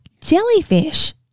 jellyfish